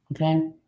Okay